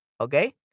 Okay